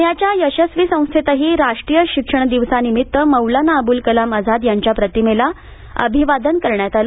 प्ण्याच्या यशस्वी संस्थेतही राष्ट्रीय शिक्षण दिवसा निमित्त मौलाना अब्ल कलाम आझाद यांच्या प्रतिमेला अभिवादन करण्यात आलं